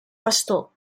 pastor